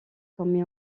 comme